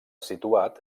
situat